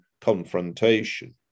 confrontation